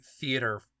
theater